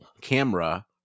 camera